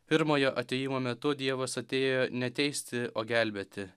pirmojo atėjimo metu dievas atėjo ne teisti o gelbėti